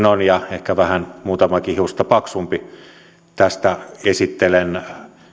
on ja ehkä vähän muutamaa hiustakin paksumpia tästä esittelen